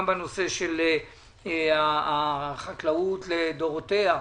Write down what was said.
גם בנושא של החקלאות לדורותיה,